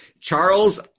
Charles